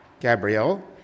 Gabrielle